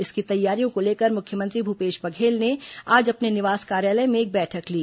इसकी तैयारियों को लेकर मुख्यमंत्री भूपेश बघेल ने आज अपने निवास कार्यालय में एक बैठक ली